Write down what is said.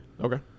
Okay